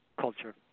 culture